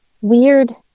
weird